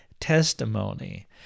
testimony